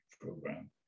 program